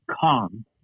calm